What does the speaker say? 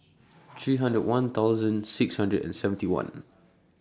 three hundred and one thousand six hundred and seventy one